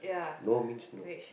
no means no